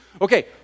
Okay